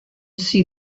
see